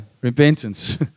Repentance